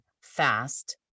fast